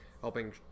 helping